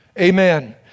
Amen